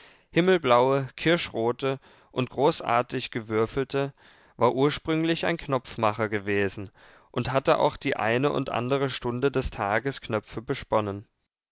himmelblaue kirschrote und großartig gewürfelte war ursprünglich ein knopfmacher gewesen und hatte auch die eine und andere stunde des tages knöpfe besponnen